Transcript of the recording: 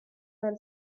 then